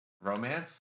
Romance